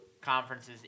conferences